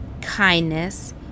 kindness